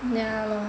ya lor